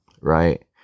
right